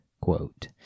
quote